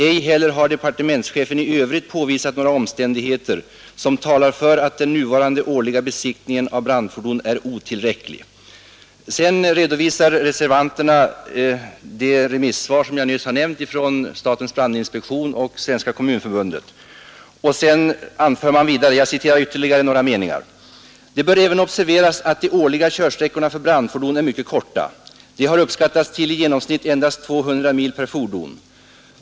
Ej heller har departementschefen i övrigt påvisat några omständigheter som talar för att den nuvarande årliga besiktningen av brandfordon är otillräcklig.” Reservanterna redovisade de remissvar som jag nyss har nämnt från statens brandinspektion och Svenska kommunförbundet och anförde sedan: ”Det bör även observeras att de årliga körsträckorna för brandfordon är mycket korta. De har uppskattats till i genomsnitt endast 200 mil per fordon.